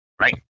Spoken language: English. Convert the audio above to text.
right